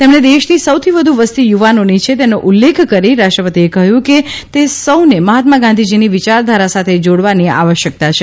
તેમણે દેશની સૌથી વધુ વસતિ યુવાનોની છે તેનો ઉલ્લેખ કરી રાષ્ટ્રપતિએ કહ્યું કે તે સૌને મહાત્મા ગાંધીજીની વિયારધારા સાથે ભોડવાની આવશ્યકતા છે